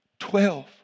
Twelve